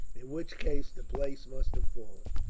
in which case the place must have fallen.